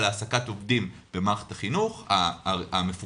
העסקת עובדים במערכת החינוך המפוקחת,